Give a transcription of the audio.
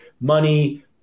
money